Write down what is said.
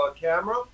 camera